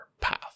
path